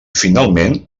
finalment